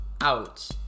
out